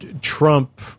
Trump